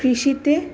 কৃষিতে